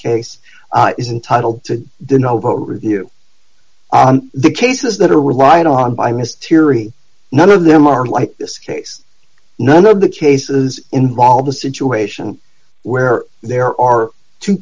case is entitle to denote review the cases that are relied on by mysterious none of them are like this case none of the cases involve a situation where there are two